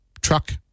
truck